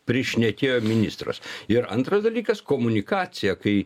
prišnekėjo ministras ir antras dalykas komunikacija kai